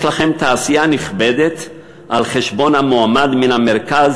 יש לכם תעשייה נכבדת על חשבון המועמד מן המרכז